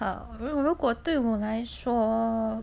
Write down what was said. err 如果对我来说